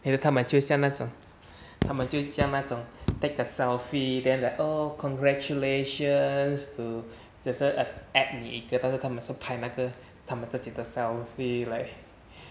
他们就像那种他们就像那种 take a selfie then that oh congratulations to 谁谁 at 你但是他们是拍那个他们自己的 selfie like